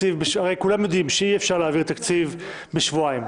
הרי כולם יודעים שאי-אפשר להעביר תקציב בשבועיים.